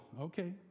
okay